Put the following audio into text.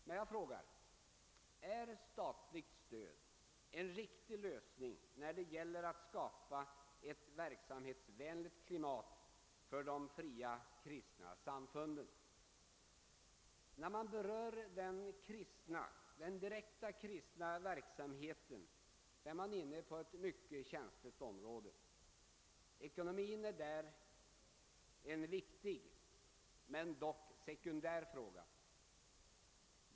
Men jag frågar: Är statligt stöd en riktig lösning när det gäller att skapa ett verksamhetsvänligt klimat för de fria kristna samfunden? När man berör den direkta kristna verksamheten är man inne på ett mycket känsligt område. Ekonomin är där en viktig men dock sekundär fråga.